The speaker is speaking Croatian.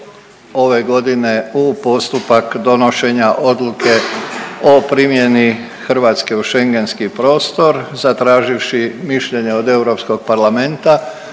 ove godine u postupak donošenja odluke o primjeni Hrvatske u schengenski prostor zatraživši mišljenje od Europskog parlamenta,